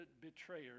betrayer